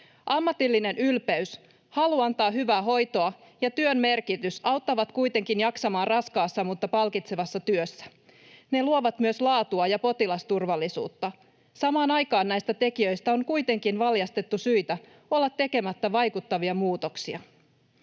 Ammatillinen ylpeys, halu antaa hyvää hoitoa ja työn merkitys auttavat kuitenkin jaksamaan raskaassa mutta palkitsevassa työssä. Ne luovat myös laatua ja potilasturvallisuutta. Samaan aikaan näistä tekijöistä on kuitenkin valjastettu syitä olla tekemättä vaikuttavia muutoksia.”